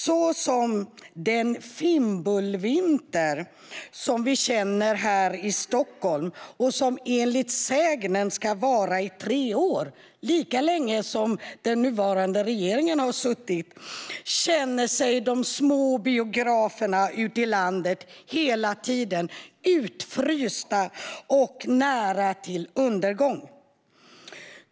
Liksom vi här i Stockholm känner oss under denna fimbulvinter, som enligt sägnen ska vara i tre år - lika länge som den nuvarande regeringen har suttit - känner sig de små biograferna ute i landet hela tiden: utfrysta och nära till undergång.